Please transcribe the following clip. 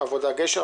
העבודה-גשר,